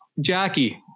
Jackie